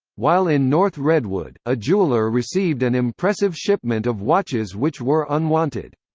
while in north redwood, a jeweler received an impressive shipment of watches which were unwanted.